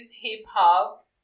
hip-hop